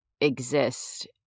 exist